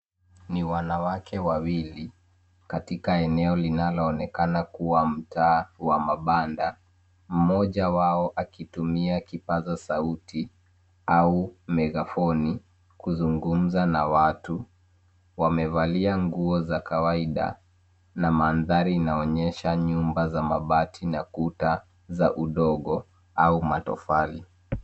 Ni wanawake wawili katika eneo linaloonekana kuwa mtaa wa mabanda. Mmoja wao akitumia kipazasauti au megafoni kuzungumza na watu. Wamevalia nguo za kawaida na mandhari inaonyesha nyumba za mabati na kuta za udongo au matofali.